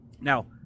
Now